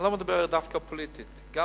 אני לא מדבר דווקא פוליטית, גם